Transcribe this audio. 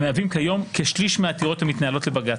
המהווים כיום כשליש מהעתירות המתנהלות בבג"ץ.